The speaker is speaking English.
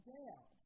Dale